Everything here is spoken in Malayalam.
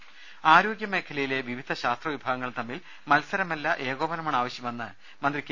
രുമ ആരോഗ്യമേഖലയിലെ വിവിധ ശാസ്ത്ര വിഭാഗങ്ങൾ തമ്മിൽ മത്സരമല്ല ഏകോപനമാണ് ആവശ്യമെന്ന് മന്ത്രി കെ